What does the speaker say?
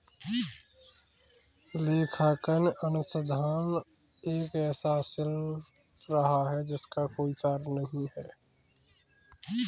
लेखांकन अनुसंधान एक ऐसा शिल्प रहा है जिसका कोई सार नहीं हैं